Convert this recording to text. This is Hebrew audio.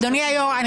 אדוני היושב-ראש,